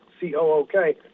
C-O-O-K